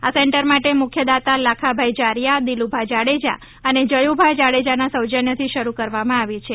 આ સેન્ટર માટે મુખ્ય દાતા લાખાભાઈ જારીયા દિલુભા જાડેજા અને જયુભા જાડેજાના સૌજન્યથી શરુ કરવામાં આવી છે